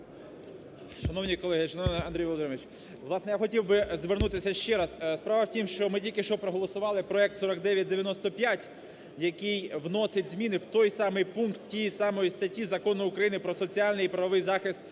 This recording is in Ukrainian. Шановні колеги, шановний Андрій Володимирович, власне, я хотів би звернутися ще раз. Справа в тім, що ми тільки що проголосували проект 4995, який вносить зміни в той самий пункт тієї самої статті Закон України "Про соціальний і правовий захист